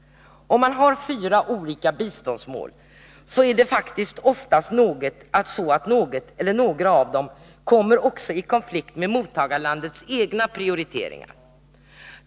Om man har fyra olika biståndsmål, är det oftast något eller några av dem som kommer i konflikt också med mottagarlandets egna prioriteringar.